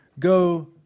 go